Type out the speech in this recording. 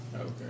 Okay